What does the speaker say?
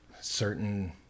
certain